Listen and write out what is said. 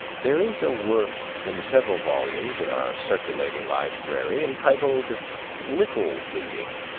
there is a work in several volumes in our circulating library entitled little reading,